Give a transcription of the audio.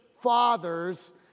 fathers